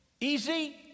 Easy